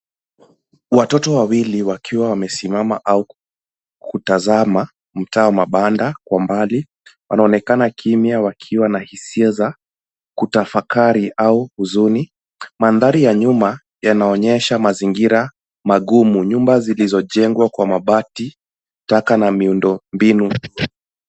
Watoto wawili wakiwa wamesimama au kutazama mtaa wa mabanda kwa mbali. Wanaonekana kimya wakiwa na hisia za kutafakari au huzuni. Mandhari ya nyuma yanaonyesha mazingira magumu. Nyumba zilizojengwa kwa mabati, taka na miundo mbinu.